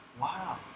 Wow